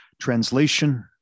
translation